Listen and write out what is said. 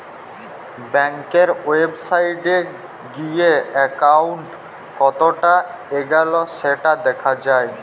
ব্যাংকের ওয়েবসাইটে গিএ একাউন্ট কতটা এগল্য সেটা দ্যাখা যায়